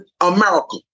America